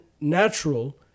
natural